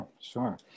sure